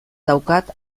daukat